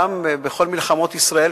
גם בכל מלחמות ישראל,